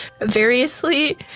variously